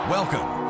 Welcome